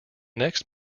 next